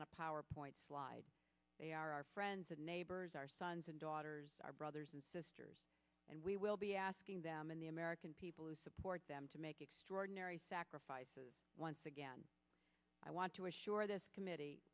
on a power point slide they are our friends and neighbors our sons and daughters our brothers and sisters and we will be asking them in the american people who support them to make extraordinary sacrifices once again i want to assure this committee